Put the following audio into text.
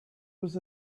was